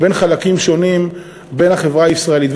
בין חלקים שונים בחברה הישראלית.